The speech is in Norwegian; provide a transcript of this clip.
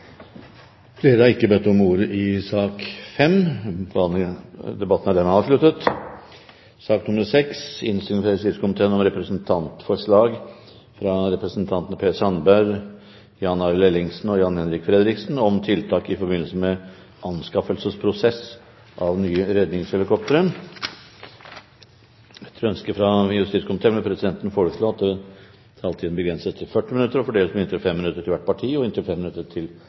Flere har ikke bedt om ordet til sak nr. 5. Etter ønske fra justiskomiteen vil presidenten foreslå at taletiden begrenses til 40 minutter og fordeles med inntil 5 minutter til hvert parti og